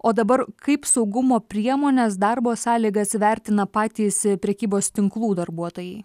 o dabar kaip saugumo priemones darbo sąlygas įvertina patys prekybos tinklų darbuotojai